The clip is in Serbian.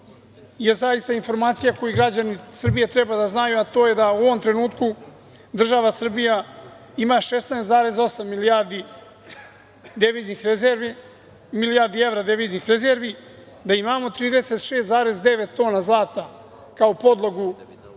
zaista je informacija koju građani Srbije treba da znaju, a to je da u ovom trenutku država Srbija ima 16,8 milijardi evra deviznih rezervi, da imamo 36,9 tona zlata kao podlogu